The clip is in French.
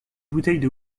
bouteilles